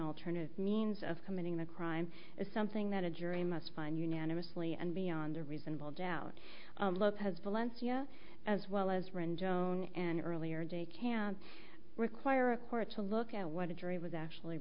alternative means of committing the crime is something that a jury must find unanimously and beyond a reasonable doubt lopez valencia as well as rand joan an earlier day can require a court to look at what the jury was actually